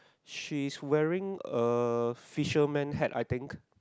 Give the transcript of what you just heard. she's wearing a fisherman hat I think